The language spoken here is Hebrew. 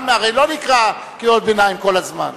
הרי לא נקרא קריאות ביניים כל הזמן.